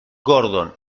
gordon